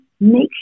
make